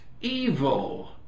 evil